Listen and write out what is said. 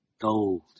gold